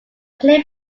play